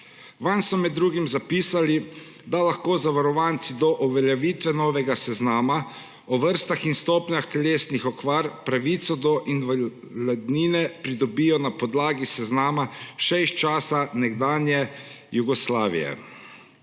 Vanj so med drugim zapisali, da lahko zavarovanci do uveljavitve novega seznama o vrstah in stopnjah telesnih okvar pravico do invalidnine pridobijo na podlagi seznama še iz časa nekdanje Jugoslavije.